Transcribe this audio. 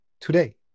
today